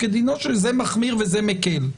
כדינו של שופט ב' זה מחמיר וזה מקל.